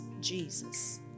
Jesus